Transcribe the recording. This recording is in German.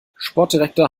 sportdirektor